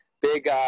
big